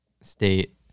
state